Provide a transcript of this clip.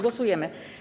Głosujemy.